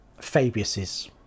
Fabius's